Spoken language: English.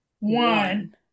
one